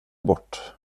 bort